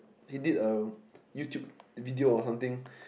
he did a YouTube video or something